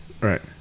Right